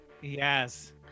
Yes